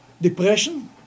depression